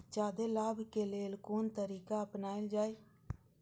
जादे लाभ के लेल कोन तरीका अपनायल जाय?